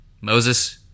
Moses